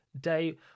day